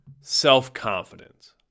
self-confidence